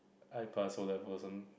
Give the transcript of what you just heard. I pass for that